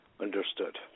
Understood